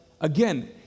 again